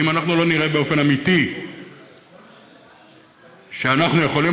אם אנחנו לא נראה באופן אמיתי שאנחנו יכולים